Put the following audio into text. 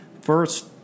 First